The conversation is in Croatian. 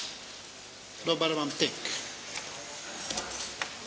Dobar vam tek!